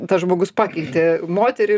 tas žmogus pakeitė moterį